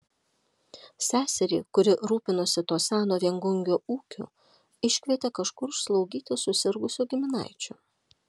seserį kuri rūpinosi to seno viengungio ūkiu iškvietė kažkur slaugyti susirgusio giminaičio